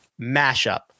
mashup